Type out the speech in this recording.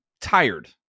tired